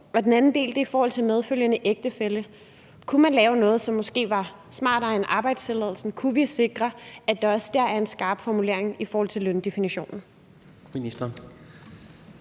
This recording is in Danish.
på. Den anden del er i forhold til medfølgende ægtefælle. Kunne man lave noget, som måske var smartere end arbejdstilladelsen? Kunne vi sikre, at der også der er en skarp formulering i forhold til løndefinitionen?